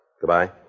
Goodbye